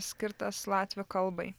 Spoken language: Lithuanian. skirtas latvių kalbai